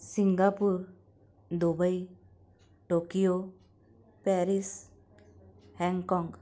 Singapore Dubai Tokyo Paris Hong Kong